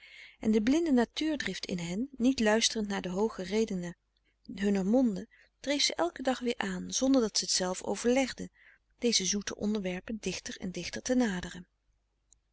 en de blinde natuurdrift in hen niet luisterend naar de hooge redenen hunner monden dreef ze elken dag weer aan zonder dat ze t zelf overlegden deze zoete onderwerpen dichter en dichter te naderen